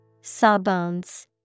Sawbones